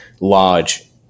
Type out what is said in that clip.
large